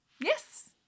yes